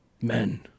men